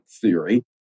theory